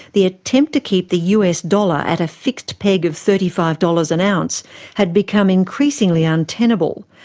the attempt to keep the us dollar at a fixed peg of thirty five dollars an ounce had become increasingly untenable,